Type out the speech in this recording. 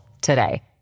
today